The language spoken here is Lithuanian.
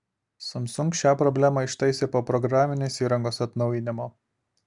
samsung šią problemą ištaisė po programinės įrangos atnaujinimo